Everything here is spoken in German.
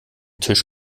tisch